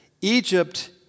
Egypt